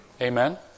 Amen